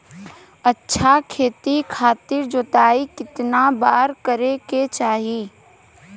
अच्छा खेती खातिर जोताई कितना बार करे के चाही?